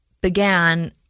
began